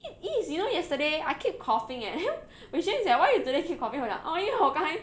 it is you know yesterday I keep coughing eh then wei xuan is like why you today keep coughing 我讲 orh 因为我刚才